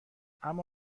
اما